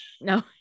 No